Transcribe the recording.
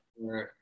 Right